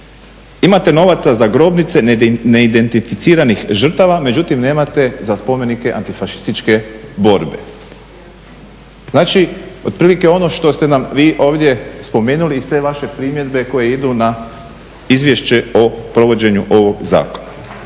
Imate novaca za grobnice neidentificiranih žrtava, međutim nemate za spomenike antifašističke borbe. Znači, otprilike ono što ste nam vi ovdje spomenuli i sve vaše primjedbe koje idu na Izvješće o provođenju ovog zakona.